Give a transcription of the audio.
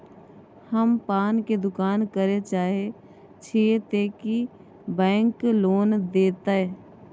हम पान के दुकान करे चाहे छिये ते की बैंक लोन देतै?